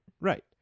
Right